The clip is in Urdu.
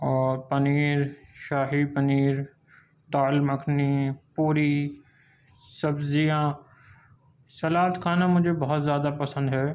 اور پنیر شاہی پنیر دال مکھنی پوری سبزیاں سلاد کھانا مجھے بہت زیادہ پسند ہے